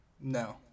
No